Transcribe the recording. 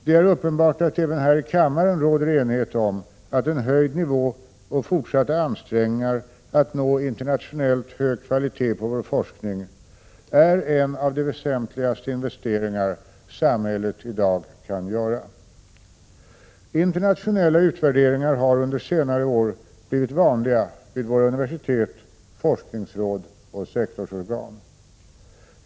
Det är uppenbart att även här i kammaren råder enighet om att en höjd nivå och fortsatta ansträngningar att nå internationellt hög kvalitet på vår forskning är en av de väsentligaste investeringar samhället i dag kan göra. Internationella utvärderingar har under senare år blivit vanliga vid våra universitet, forskningsråd och sektorsorgan.